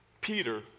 Peter